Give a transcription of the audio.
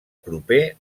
proper